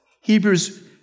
Hebrews